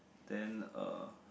then uh